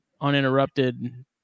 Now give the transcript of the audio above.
uninterrupted